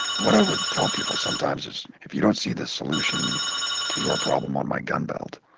what i would tell people sometimes is, if you don't see the solution to your problem on my gun belt,